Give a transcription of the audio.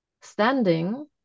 standing